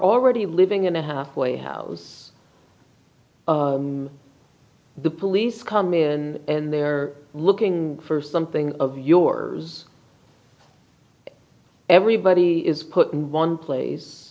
already living in a halfway house the police come in and they're looking for something of yours everybody is put in one place